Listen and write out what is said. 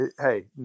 hey